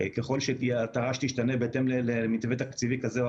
ככל שהתר"ש תשתנה בהתאם למתווה תקציבי כזה או